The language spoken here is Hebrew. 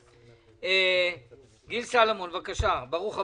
גילן סלומון, בבקשה, ברוך הבא.